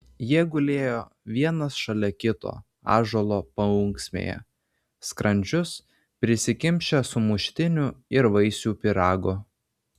jie gulėjo vienas šalia kito ąžuolo paunksmėje skrandžius prisikimšę sumuštinių ir vaisių pyrago